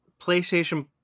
PlayStation